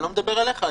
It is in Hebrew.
אני לא מדבר עליך.